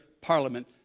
Parliament